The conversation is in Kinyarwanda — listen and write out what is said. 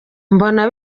mbona